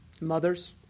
mothers